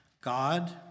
God